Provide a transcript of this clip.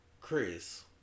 Chris